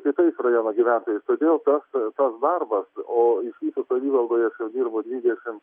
kitais rajono gyventojais todėl to tas darbas o iš viso savivaldoje dirbu dvidešim